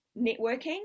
networking